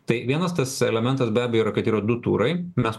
tai vienas tas elementas be abejo yra kad yra du turai mes